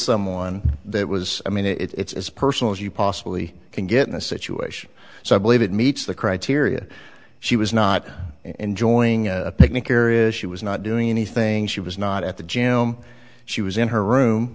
someone that was i mean it's personal as you possibly can get in a situation so i believe it meets the criteria she was not enjoying a picnic areas she was not doing anything she was not at the gym she was in her room